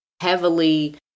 heavily